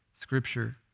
Scripture